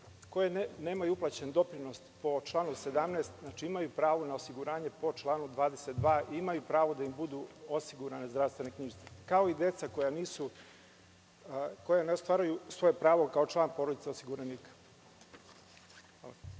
koje nemaju uplaćen doprinos po članu 17. imaju pravo na osiguranje po članu 22. i imaju pravo da im budu osigurane zdravstvene knjižice, kao i deca koja ne ostvaruju svoje pravo kao član porodice osiguranika.